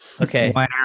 Okay